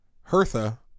Hertha